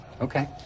Okay